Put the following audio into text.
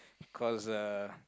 because uh